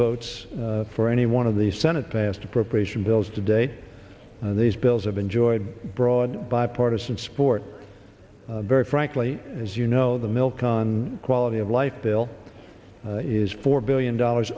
votes for any one of the senate passed appropriation bills to date and these bills have enjoyed broad bipartisan support very frankly as you know the milk on quality of life bill is four billion dollars